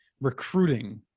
recruiting